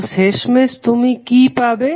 তো শেষমেশ তুমি কি পাবে